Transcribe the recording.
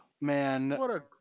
man